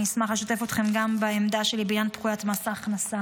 אני אשמח לשתף אתכם גם בעמדה שלי בעניין פקודת מס הכנסה,